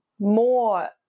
more